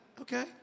okay